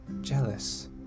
jealous